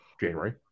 january